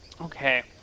Okay